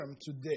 today